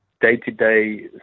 day-to-day